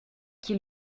qui